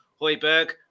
Hoiberg